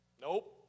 Nope